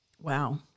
Wow